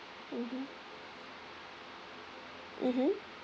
mmhmm mmhmm